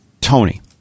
Tony